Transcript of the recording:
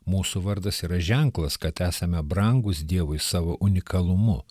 mūsų vardas yra ženklas kad esame brangūs dievui savo unikalumu